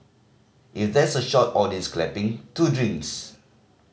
if there's a shot of audience clapping two drinks